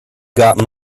got